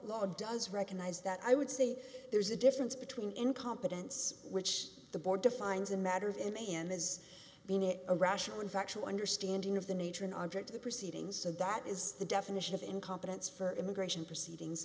law does recognize that i would say there's a difference between incompetence which the board defines a matter of in and has been it a rational and factual understanding of the nature an object to the proceedings and that is the definition of incompetence for immigration proceedings